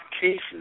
cases